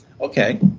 Okay